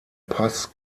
pass